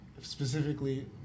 specifically